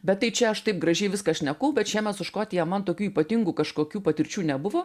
bet tai čia aš taip gražiai viską šneku bet šiemet su škotija man tokių ypatingų kažkokių patirčių nebuvo